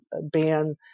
ban